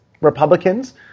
Republicans